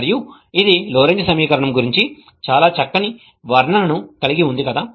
మరియు ఇది లోరెంజ్ సమీకరణం గురించి చాలా చక్కని వర్ణనను కలిగి ఉంది కదా